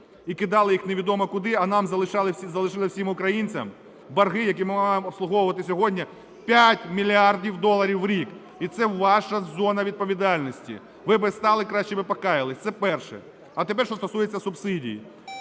і кидали їх невідомо куди, а нам залишили, всім українцям, борги, які ми маємо обслуговувати сьогодні – 5 мільярдів доларів в рік? І це ваша зона відповідальності. Ви би встали, краще би покаялися. Це перше. А тепер, що стосується субсидій.